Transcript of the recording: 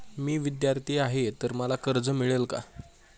मी विद्यार्थी आहे तर मला कर्ज मिळेल का?